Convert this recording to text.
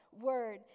word